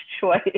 choice